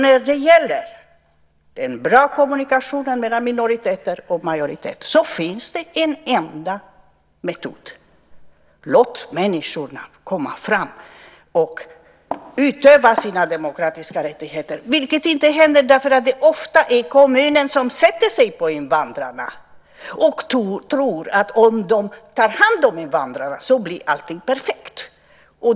När det gäller den goda kommunikationen mellan minoriteter och majoriteter finns det en enda metod: Låt människorna komma fram och utöva sina demokratiska rättigheter! Det händer ofta inte eftersom kommunerna sätter sig på invandrarna och tror att om de tar hand om invandrarna blir allting perfekt.